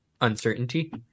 Uncertainty